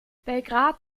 belgrad